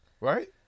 Right